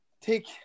take